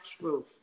truth